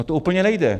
No to úplně nejde.